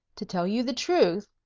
to tell you the truth,